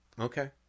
Okay